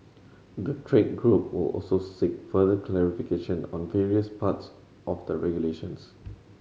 the trade group will also seek further clarification on various parts of the regulations